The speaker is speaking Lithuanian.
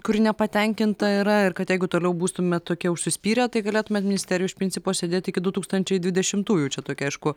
kuri nepatenkinta yra ir kad jeigu toliau būtumėt tokie užsispyrę tai galėtumėt ministerijoj iš principo sėdėt iki du tūkstančiai dvidešimtųjų čia tokia aišku